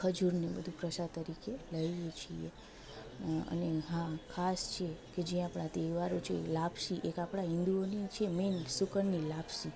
ખજૂરને બધું પ્રસાદ તરીકે લઈએ છીએ અને હા ખાસ છે કે જે આપણા તહેવારો છે એ લાપસી એક આપણા હિન્દુઓની છે મેન સુકનની લાપસી